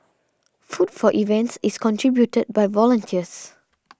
food for events is contributed by volunteers